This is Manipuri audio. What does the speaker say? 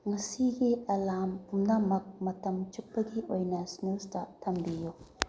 ꯉꯁꯤꯒꯤ ꯑꯦꯂꯥꯝ ꯄꯨꯝꯅꯃꯛ ꯃꯇꯝ ꯆꯨꯞꯄꯒꯤ ꯑꯣꯏꯅ ꯁ꯭ꯅꯨꯖꯇ ꯊꯝꯕꯤꯎ